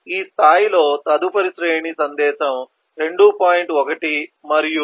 ఈ స్థాయిలో తదుపరి శ్రేణి సందేశం 2